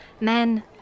men